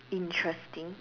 interesting